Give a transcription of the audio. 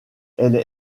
elle